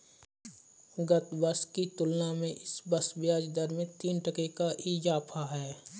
गत वर्ष की तुलना में इस वर्ष ब्याजदर में तीन टके का इजाफा है